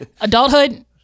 adulthood